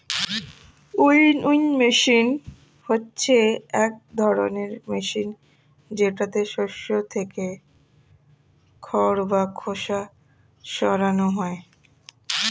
winnowing machine হচ্ছে এক ধরনের মেশিন যেটাতে শস্য থেকে খড় বা খোসা সরানো হয়